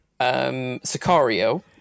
Sicario